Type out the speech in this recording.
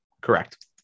Correct